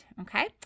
Okay